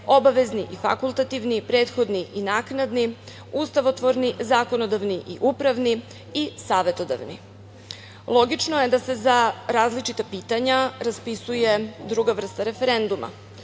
obavezni i fakultativni, prethodni i naknadni, ustavotvorni, zakonodavni i upravni i savetodavni. Logično je da se za različita pitanja raspisuje druga vrsta referenduma.